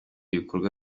bikorwa